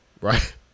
Right